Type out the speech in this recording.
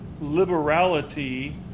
liberality